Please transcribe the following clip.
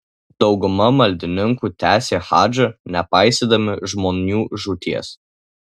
dauguma maldininkų tęsė hadžą nepaisydami žmonių žūties